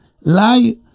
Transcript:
lie